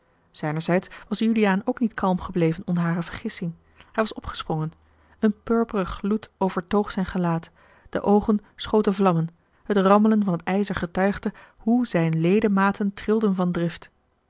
zijnerzijds was juliaan ook niet kalm gebleven onder hare vergissing hij was opgesprongen een purperen gloed overtoog zijn gelaat de oogen schoten vlammen het rammelen van het ijzer getuigde hoe zijne ledematen trilden van drift